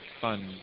fun